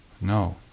No